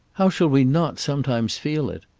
how shall we not sometimes feel it?